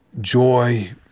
joy